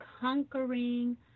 conquering